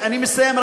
אני מסיים.